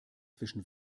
zwischen